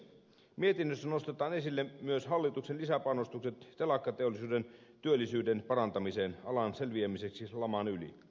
mietinnössä nostetaan esille myös hallituksen lisäpanostukset telakkateollisuuden työllisyyden parantamiseen alan selviämiseksi laman yli